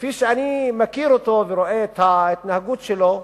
כפי שאני מכיר אותו ורואה את ההתנהגות שלו,